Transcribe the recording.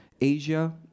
Asia